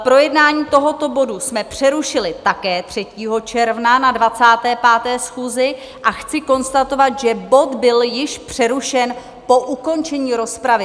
Projednání tohoto bodu jsme přerušili také 3. června na 25. schůzi a chci konstatovat, že bod byl již přerušen po ukončení rozpravy.